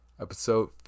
Episode